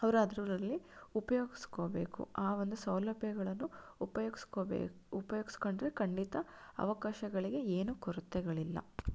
ಅವರು ಅದರಲ್ಲಿ ಉಪಯೋಗಿಸ್ಕೋಬೇಕು ಆ ಒಂದು ಸೌಲಭ್ಯಗಳನ್ನು ಉಪಯೋಗಿಸ್ಕೋಬೇಕು ಉಪಯೋಗಿಸಿಕೊಂಡ್ರೆ ಖಂಡಿತ ಅವಕಾಶಗಳಿಗೆ ಏನೂ ಕೊರತೆಗಳಿಲ್ಲ